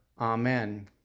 Amen